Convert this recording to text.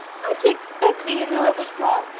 how did you expect me to know it was wrong?